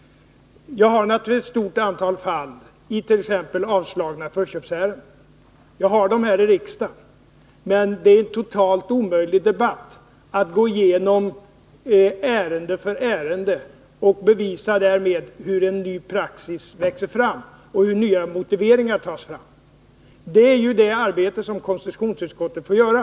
Jag har naturligtvis ett stort antal fall av t.ex. avslagna förköpsärenden. Jag har dem i riksdagen. Men det är en totalt omöjlig debatt att gå igenom ärende för ärende och därmed bevisa hur en ny praxis växer fram och hur nya motiveringar tas fram. Det är ju det arbete som konstitutionsutskottet får göra.